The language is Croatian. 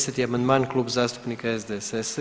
10. amandman, Kluba zastupnika SDSS-a.